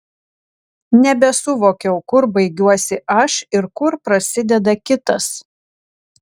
nebesuvokiau kur baigiuosi aš ir kur prasideda kitas